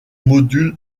module